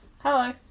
Hello